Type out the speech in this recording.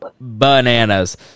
bananas